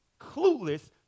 clueless